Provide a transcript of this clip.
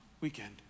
weekend